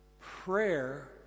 Prayer